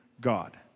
God